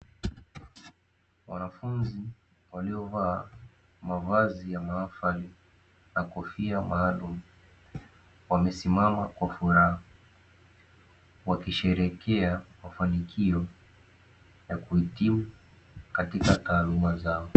Wanafunzi waliovaa mavazi ya mahafali na kofia maalumu, wamesimama kwa furaha wakisherehekea mafanikio ya kuhitimu katika taaluma zao.